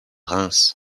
reims